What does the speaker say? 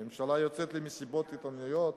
הממשלה יוצאת למסיבות עיתונאים,